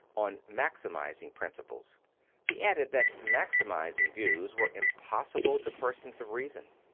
on maximizing principles he added that maximizing views were impossible to persons of reason.